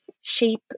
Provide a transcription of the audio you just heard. shape